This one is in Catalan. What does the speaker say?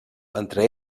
entre